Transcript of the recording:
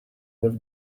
neuf